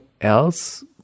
else